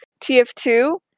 TF2